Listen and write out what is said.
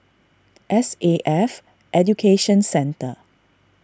S A F Education Centre